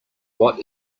what